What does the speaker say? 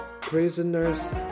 prisoners